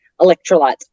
electrolytes